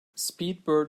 speedbird